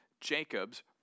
Jacob's